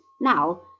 Now